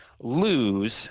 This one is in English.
lose